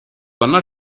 wanna